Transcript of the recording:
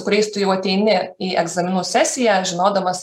kuriais tu jau ateini į egzaminų sesiją žinodamas